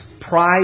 pride